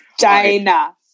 China